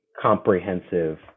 comprehensive